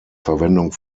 verwendung